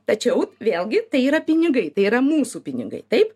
tačiau vėlgi tai yra pinigai tai yra mūsų pinigai taip